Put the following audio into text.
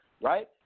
right